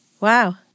Wow